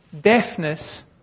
Deafness